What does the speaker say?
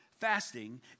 Fasting